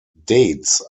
dates